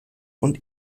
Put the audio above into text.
und